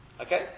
Okay